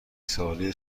ساله